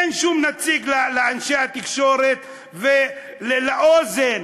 אין שום נציג לאנשי התקשורת ולאוזן